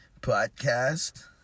podcast